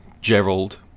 Gerald